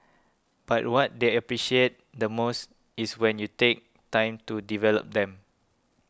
but what they appreciate the most is when you take time to develop them